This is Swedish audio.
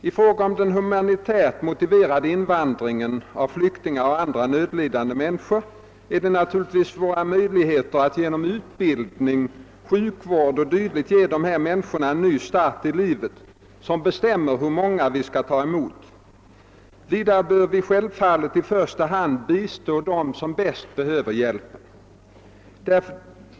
I fråga om den humanitärt motiverade invandringen av flyktingar och andra nödlidande människor är det naturligtvis våra möjligheter att genom utbildning, sjukvård o.d. ge dessa människor en ny start i livet som bestämmer hur många vi kan ta emot. Vidare bör vi självfallet i första hand bistå dem som bäst behöver hjälp.